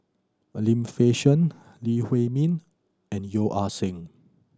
Lim Fei Shen Lee Huei Min and Yeo Ah Seng